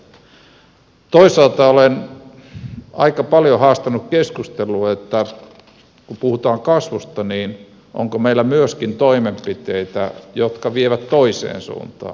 toisaalta olen aika paljon haastanut keskusteluun että kun puhutaan kasvusta niin onko meillä myöskin toimenpiteitä jotka vievät toiseen suuntaan